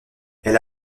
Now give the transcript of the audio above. elle